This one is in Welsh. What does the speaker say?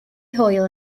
hwyl